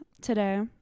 Today